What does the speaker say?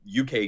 UK